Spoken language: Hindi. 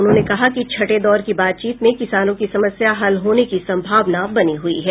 उन्होंने कहा कि छठे दौर की बातचीत में किसानों की समस्या हल होने की संभावना बनी हुई है